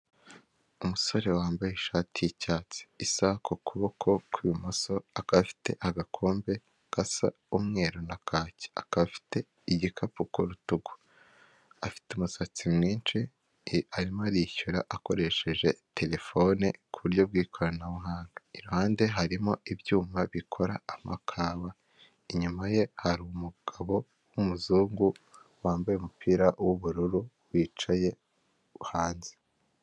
Umusore wambaye ishati y'icyatsi isaha ku kuboko kw'ibumoso akabafite agakombe gasa umweru, akabafite igikapu ku rutugu, afite umusatsi mwinshi arimo arishyura akoresheje telefone ku buryo bw'ikoranabuhanga, iruhande harimo ibyuma bikora amakawa inyuma ye hari umugabo wumuzungu wambaye umupira w'ubururu wicaye hanze.